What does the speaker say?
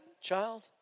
child